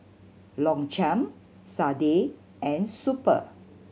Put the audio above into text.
Longchamp Sadia and Super